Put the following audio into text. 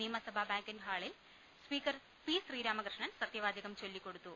നിയമസഭാ ബാങ്കറ്റ് ഹാളിൽ speaker P Sreeramakrishnan സത്യവാചകം ചൊല്ലികൊടുത്തു